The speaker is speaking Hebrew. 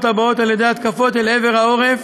הבאות על-ידי התקפות אל עבר העורף,